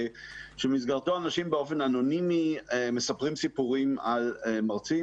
שבמסגרתו אנשים מספרים באופן אנונימי סיפורים על מרצים